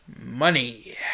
money